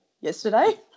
Yesterday